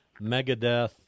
Megadeth